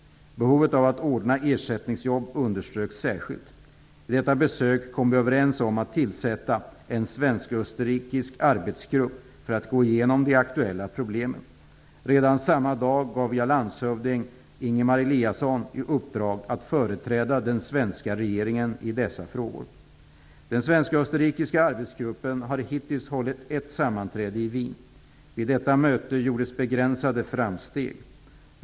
Behovet av att ordna ersättningsjobb underströks särskilt. Vid detta besök kom vi överens om att tillsätta en svensk-österrikisk arbetsgrupp för att gå igenom de aktuella problemen. Redan samma dag gav jag landshövding Ingemar Eliasson i uppdrag att företräda den svenska regeringen i dessa frågor. Den svensk-österrikiska arbetsgruppen har hittills hållit ett sammanträde i Wien. Vid detta möte gjordes begränsade framsteg.